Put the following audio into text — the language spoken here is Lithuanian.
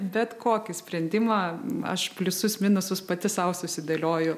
bet kokį sprendimą aš pliusus minusus pati sau susidėlioju